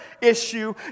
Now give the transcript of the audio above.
issue